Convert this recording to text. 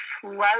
slow